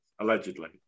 Allegedly